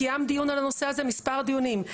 קיים דיון על הנושא הזה ומספר דיונים.